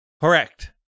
Correct